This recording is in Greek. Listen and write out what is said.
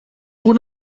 πού